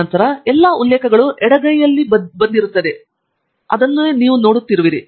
ನಂತರ ಎಲ್ಲಾ ಉಲ್ಲೇಖಗಳು ಎಡಗೈ ಪಕ್ಕದಲ್ಲಿ ಬಂದಿವೆ ಎಂದು ನಾವು ಈಗ ನೋಡಿದ್ದೇವೆ